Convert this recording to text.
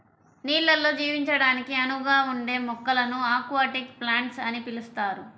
నీళ్ళల్లో జీవించడానికి అనువుగా ఉండే మొక్కలను అక్వాటిక్ ప్లాంట్స్ అని పిలుస్తారు